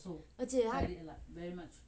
而且他